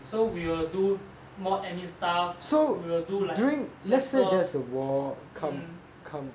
so we will do more admin stuff we will do like lesser